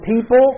people